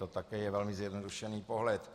To také je velmi zjednodušený pohled.